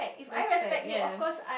that's bad yes